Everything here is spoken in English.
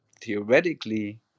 theoretically